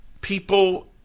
People